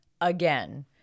Again